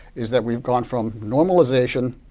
is that we've gone from normalization,